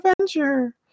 Avenger